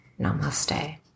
Namaste